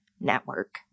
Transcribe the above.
network